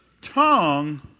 tongue